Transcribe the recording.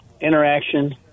interaction